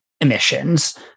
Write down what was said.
emissions